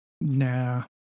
nah